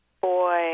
boy